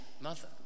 mother